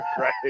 Right